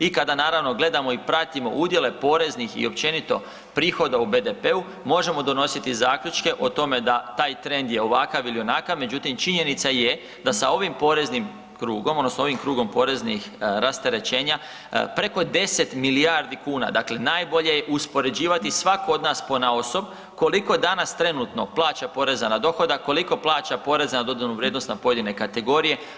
I kada naravno gledamo i pratimo udjele poreznih i općenito prihoda u BDP-u možemo donositi zaključke o tome da taj trend je ovakav ili onakav, međutim činjenica je da sa ovim poreznim krugom odnosno ovim krugom poreznih rasterećenja preko 10 milijardi kuna, dakle najbolje je uspoređivati svako od nas ponaosob koliko danas trenutno plaća poreza na dohodak, koliko plaća porez na dodanu vrijednost na pojedine kategorije.